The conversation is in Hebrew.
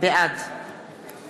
בעד